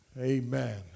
Amen